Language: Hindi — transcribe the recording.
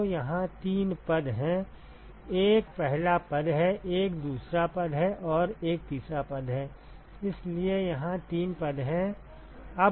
तो यहाँ तीन पद हैं एक पहला पद है एक दूसरा पद है और एक तीसरा पद है इसलिए यहाँ तीन पद हैं